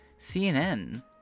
CNN